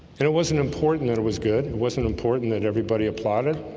and it wasn't important that it was good. it wasn't important that everybody applauded.